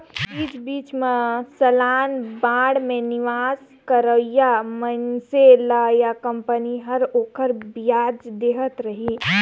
बीच बीच मे सलाना बांड मे निवेस करोइया मइनसे ल या कंपनी हर ओखर बियाज देहत रही